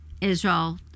Israel